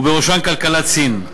ובראשה כלכלת סין.